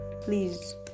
please